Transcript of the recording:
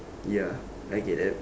ya I get that